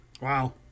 Wow